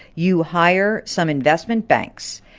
you hire some investment banks,